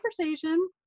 conversation